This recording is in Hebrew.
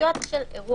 בחצר של בית כנסת,